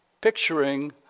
picturing